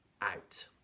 out